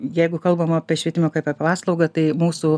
jeigu kalbam apie švietimą kaip apie paslaugą tai mūsų